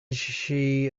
she